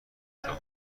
جور